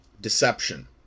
deception